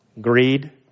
greed